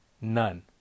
None